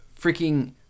freaking